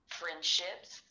friendships